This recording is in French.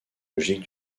logique